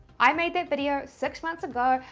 i made that video six months ago.